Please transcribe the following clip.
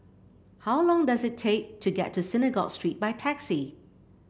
how long does it take to get to Synagogue Street by taxi